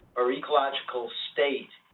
or ecological state,